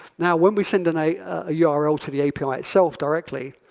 now when we send and a ah yeah ah url to the api like itself directly,